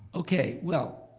okay well,